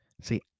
See